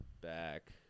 back